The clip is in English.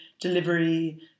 delivery